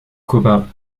copains